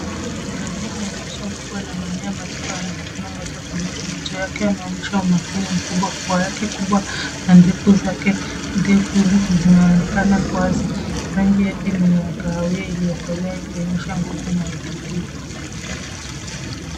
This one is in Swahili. Simba ndume mwenye uso kubwa na manyoa mazito anatazama moja kwa moja. Macho yake yanaonyesha makini mkubwa. Pua yake kubwa na ndevu zake ndefu zinazoonekana kwa wazi. Rangi yake ni ya kahawia iliyokolea ikionyesha nguvu na utulivu.